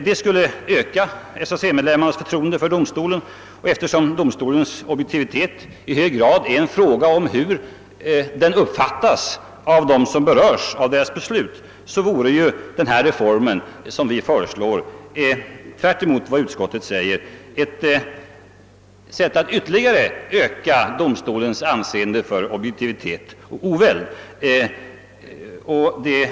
Det skulle öka SAC-medlemmarnas förtroende för domstolen, och eftersom tilltron till domstolens objektivitet i hög grad är en fråga om hur den uppfattas av dem som berörs av dess beslut, skulle den reform som vi föreslår — tvärtemot vad utskottet säger — ytterligare öka domstolens anseende för objektivitet och oväld.